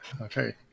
Okay